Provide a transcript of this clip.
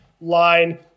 line